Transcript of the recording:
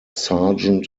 sergeant